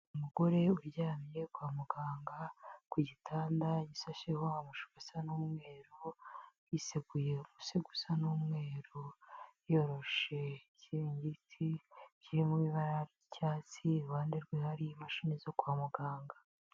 Umugore uryamye kwa muganga ku gitanda gisasheho amashusho asa n'umweru yiseguye umusego usa n'umweru yoroshe ikiringiti kiri mu ibara ry'icyatsi iruhande rwe hari imashini zo kwa muganga.